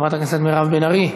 חברת הכנסת מירב בן ארי,